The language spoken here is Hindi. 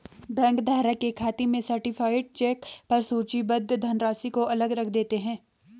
बैंक धारक के खाते में सर्टीफाइड चेक पर सूचीबद्ध धनराशि को अलग रख देते हैं